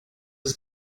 ist